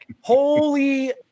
Holy